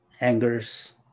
angers